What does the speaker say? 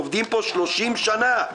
עובדים פה 30 שנה,